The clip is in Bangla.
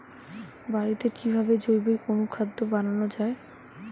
বাড়িতে কিভাবে জৈবিক অনুখাদ্য বানানো যায়?